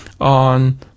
on